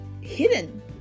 hidden